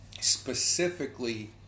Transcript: specifically